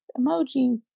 emojis